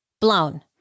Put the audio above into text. blown